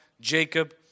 Jacob